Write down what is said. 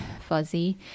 fuzzy